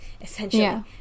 essentially